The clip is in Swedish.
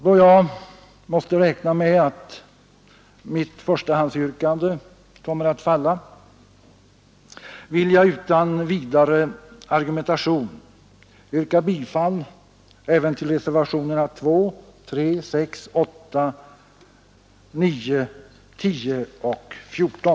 Då jag måste räkna med att mitt förstahandsyrkande kommer att falla vill jag utan vidare argumentation yrka bifall även till reservationerna 2, 5, 6, 8, 9 och 14.